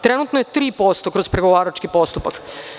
Trenutno je 3% kroz pregovarački postupak.